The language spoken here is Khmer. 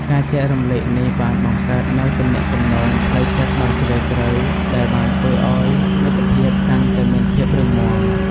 ការចែករំលែកនេះបានបង្កើតនូវទំនាក់ទំនងផ្លូវចិត្តដ៏ជ្រាលជ្រៅដែលបានធ្វើឲ្យមិត្តភាពកាន់តែមានភាពរឹងមាំ។